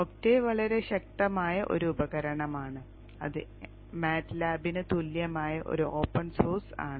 Octave വളരെ ശക്തമായ ഒരു ഉപകരണമാണ് അത് MATLAB ന് തുല്യമായ ഒരു ഓപ്പൺ സോഴ്സ് ആണ്